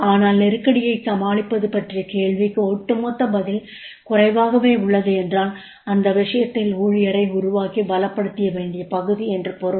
ஆனால் நெருக்கடியைச் சமாளிப்பது பற்றிய கேள்விக்கு ஒட்டுமொத்த பதில் குறைவாகவே உள்ளது என்றால் அந்த விஷயத்தில் ஊழியரை உருவாக்கி பலப்படுத்தவேண்டிய பகுதி என்று பொருள்